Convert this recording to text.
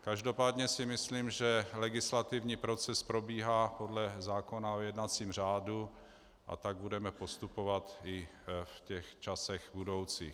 Každopádně si myslím, že legislativní proces probíhá podle zákona o jednacím řádu, a tak budeme postupovat i v časech budoucích.